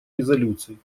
резолюций